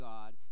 God